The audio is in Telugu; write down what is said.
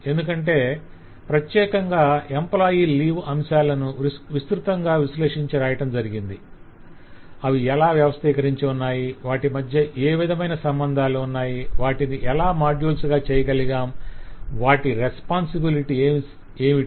ఎందుకంటే ప్రత్యేకంగా ఎంప్లాయ్ - లీవ్ అంశాలను విస్తృతంగా విశ్లేషించి వ్రాయటం జరిగింది - అవి ఎలా వ్యవస్థీకరించి ఉన్నాయి వాటి మధ్య ఏ విధమైన సంబంధాలు ఉన్నాయి వాటిని ఎలా మాడ్యూల్స్ గా చేయగలిగాం వాటి రెస్పొంసిబిలిటీస్ ఏమిటి